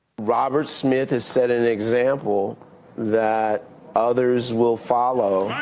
robert smith has set an example that others will follow,